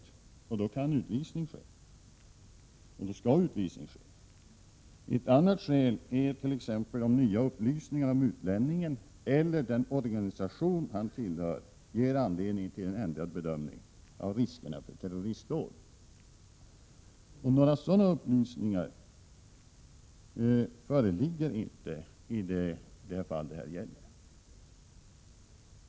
Då kan, och skall, utvisning ske. Ett annat skäl är t.ex. om nya upplysningar om en utlänning eller den organisation som han tillhör ger anledning till ändrad bedömning av riskerna för terroristdåd. Några sådana upplysningar föreligger inte i de fall som det här gäller.